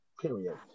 Period